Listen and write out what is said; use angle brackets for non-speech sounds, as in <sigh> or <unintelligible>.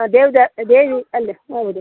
ಹಾಂ <unintelligible> ದೇವಿ ಅಲ್ಲಿ <unintelligible>